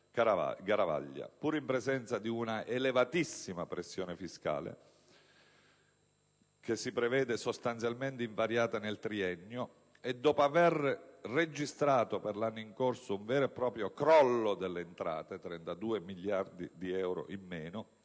Garavaglia. Pur in presenza di una elevatissima pressione fiscale, che si prevede sostanzialmente invariata nel triennio, e dopo aver registrato nell'anno in corso un vero e proprio crollo delle entrate (32 miliardi di euro in meno),